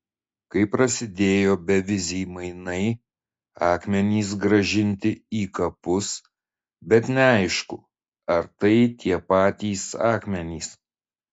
kai prasidėjo beviziai mainai akmenys grąžinti į kapus bet neaišku ar tai tie patys akmenys